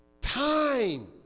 time